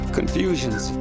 Confusions